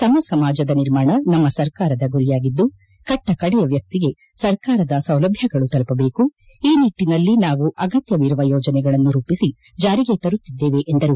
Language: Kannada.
ಸಮ ಸಮಾಜದ ನಿರ್ಮಾಣ ನಮ್ಮ ಸರ್ಕಾರದ ಗುರಿಯಾಗಿದ್ದು ಕಟ್ಟಕಡೆಯ ವ್ಯಕ್ತಿಗೆ ಸರ್ಕಾರದ ಸೌಲಭ್ಯಗಳು ತಲುಪಬೇಕು ಈ ನಿಟ್ಟಿನಲ್ಲಿ ನಾವು ಅಗತ್ಯವಿರುವ ಯೋಜನೆಗಳನ್ನು ರೂಪಿಸಿ ಜಾರಿಗೆ ತರುತ್ತಿದ್ದೇವೆ ಎಂದರು